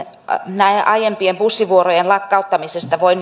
näiden aiempien bussivuorojen lakkauttamista voi